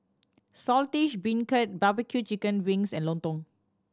Saltish Beancurd barbecue chicken wings and lontong